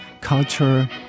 culture